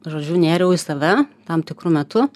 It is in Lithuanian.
žodžiu nėriau į save tam tikru metu